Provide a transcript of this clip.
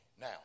Now